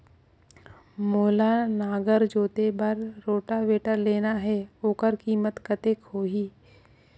मोला नागर जोते बार रोटावेटर लेना हे ओकर कीमत कतेक होही?